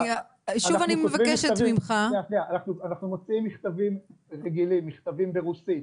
אנחנו מוצאים מכתבים רגילים, מכתבים ברוסית,